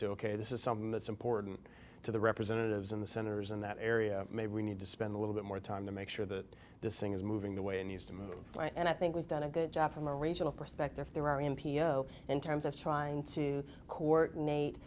to ok this is something that's important to the representatives and the senators in that area maybe we need to spend a little bit more time to make sure that this thing is moving the way and used them and i think we've done a good job from a regional perspective there n p o in terms of trying to coordinate